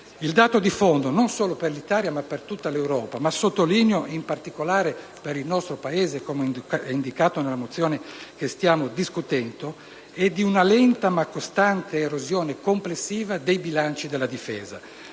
il dato di fondo, non solo per l'Italia, ma per tutta l'Europa (e sottolineo in particolare per il nostro Paese, come indicato nella mozione che stiamo discutendo), è una lenta ma costante erosione complessiva dei bilanci della Difesa;